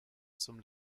zum